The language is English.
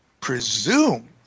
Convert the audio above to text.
presume